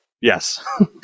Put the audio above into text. Yes